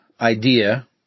idea